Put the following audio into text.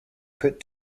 put